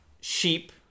sheep